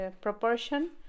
proportion